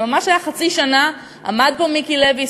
ממש לפני חצי שנה עמד פה מיקי לוי,